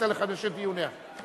לחדש את דיוניה?